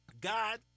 God